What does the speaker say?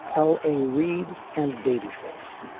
l a. reid and babyface.